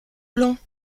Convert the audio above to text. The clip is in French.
blancs